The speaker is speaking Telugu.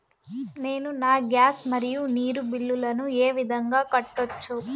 నేను నా గ్యాస్, మరియు నీరు బిల్లులను ఏ విధంగా కట్టొచ్చు?